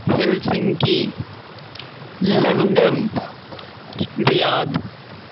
Helsinki London Riyadh